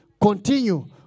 continue